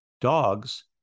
dogs